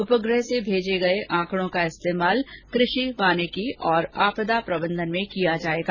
उपग्रह से भेजे गए आंकड़ो का इस्तेमाल कृषि वानिकी और आपदा प्रबंधन में किया जाएगा